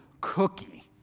cookie